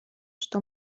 что